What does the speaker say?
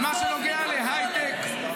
במה שנוגע להייטק,